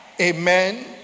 amen